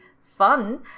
fun